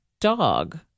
dog